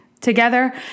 Together